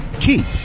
keep